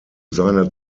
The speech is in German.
seiner